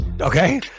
Okay